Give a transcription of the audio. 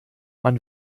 man